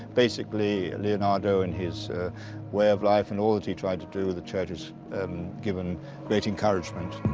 basically, leonardo and his way of life and all that he tried to do, the church has and given great encouragement.